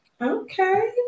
Okay